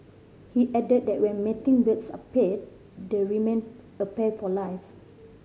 he added that when mating birds are paired they remain a pair for life